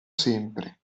sempre